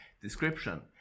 description